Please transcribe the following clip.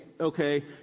okay